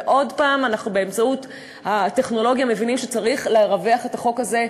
ועוד הפעם אנחנו באמצעות הטכנולוגיה מבינים שצריך לרווח את החוק הזה,